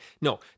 No